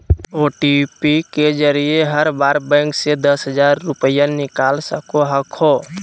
OTP के जरिए हर बार बैंक से दस हजार रुपए निकाल सको हखो